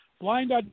blind